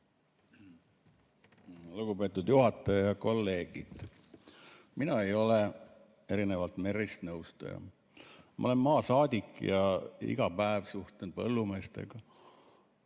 Lugupeetud juhataja! Kolleegid! Mina ei ole erinevalt Merryst nõustaja. Ma olen maasaadik ja iga päev suhtlen põllumeestega